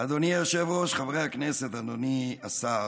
אדוני היושב-ראש, חברי הכנסת, אדוני השר,